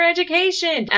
Education